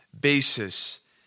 basis